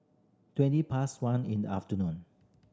twenty past one in the afternoon